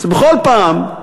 זה בכל פעם,